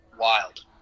wild